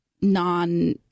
non